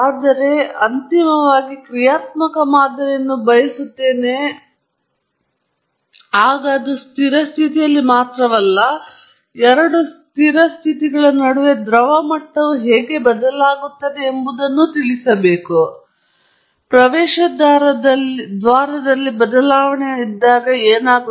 ಈಗ ನಾವು ಅಂತಿಮವಾಗಿ ಕ್ರಿಯಾತ್ಮಕ ಮಾದರಿಯನ್ನು ಬಯಸುತ್ತೇನೆ ಎಂದು ಹೇಳಿದರು ಅದು ಸ್ಥಿರ ಸ್ಥಿತಿಯಲ್ಲಿ ಮಾತ್ರವಲ್ಲ ಎರಡು ಸ್ಥಿರ ರಾಜ್ಯಗಳ ನಡುವೆ ದ್ರವ ಮಟ್ಟವು ಹೇಗೆ ಬದಲಾಗುತ್ತದೆ ಎಂಬುದನ್ನು ತಿಳಿಸುತ್ತದೆ ಪ್ರವೇಶದ್ವಾರದಲ್ಲಿ ಬದಲಾವಣೆಯು ಇದ್ದಾಗ